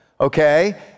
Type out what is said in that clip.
okay